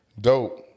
dope